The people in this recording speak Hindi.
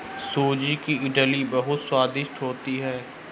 सूजी की इडली बहुत स्वादिष्ट होती है